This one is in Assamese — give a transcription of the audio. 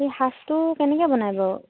এই সাঁজটো কেনেকৈ বনাই বাৰু